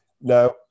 Now